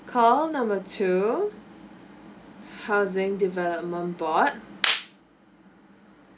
call number two housing development board